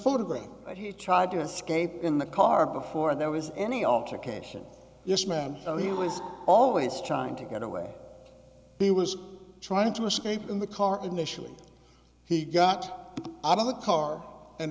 photograph that he tried to escape in the car before there was any altercation yes ma'am he was always trying to get away he was trying to escape in the car initially he got out of the car and